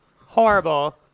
Horrible